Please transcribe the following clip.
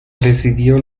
presidió